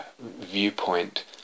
viewpoint